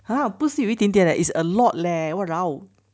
!huh! 不是有一点点 leh is a lot leh !walao!